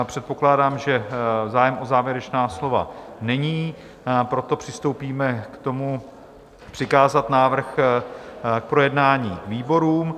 Předpokládám, že zájem o závěrečná slova není, proto přistoupíme k tomu, přikázat návrh k projednání výborům.